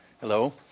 hello